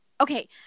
okay